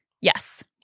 Yes